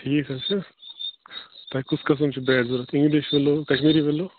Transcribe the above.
ٹھیٖک حظ چھُ تۄہہِ کُس قٕسٕم چھُ بیٹ ضوٚرت اِنٛگلِش وٮ۪لو کشمیری وٮ۪لو